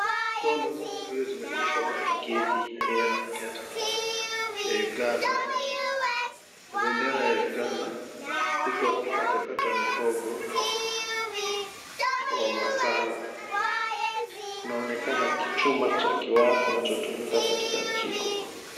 Mkono ya mtu huyu zimevishwa bangili ya rangi ya bendera ya Uganda, huku akikatakata mihogo wa masala. Kunaonekana kichuma cha waya kinachotumika katika jiko.